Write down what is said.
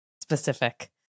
specific